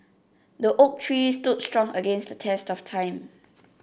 the oak tree stood strong against the test of time